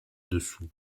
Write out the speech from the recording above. dessous